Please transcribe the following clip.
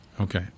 Okay